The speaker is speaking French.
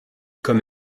comme